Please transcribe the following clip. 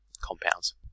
compounds